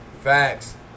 Facts